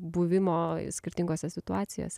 buvimo skirtingose situacijose